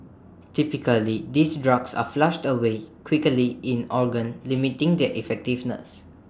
typically these drugs are flushed away quickly in organs limiting their effectiveness